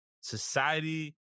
society